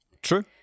True